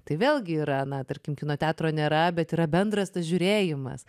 tai vėlgi yra na tarkim kino teatro nėra bet yra bendras tas žiūrėjimas